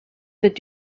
that